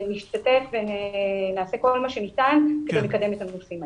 אנחנו נשתתף ונעשה כל מה שניתן כדי לקדם את הנושאים האלה.